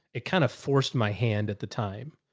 it kind of forced my hand at the time.